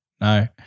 no